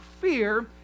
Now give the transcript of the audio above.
fear